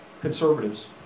conservatives